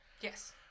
yes